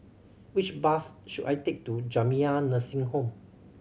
which bus should I take to Jamiyah Nursing Home